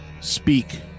speak